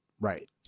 right